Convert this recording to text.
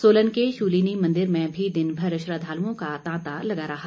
सोलन के शूलिनी मन्दिर में भी दिनभर श्रद्वालुओं का तांता लगा रहा